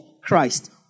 Christ